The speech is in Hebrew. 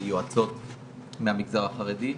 יועצות מהמגזר החרדי,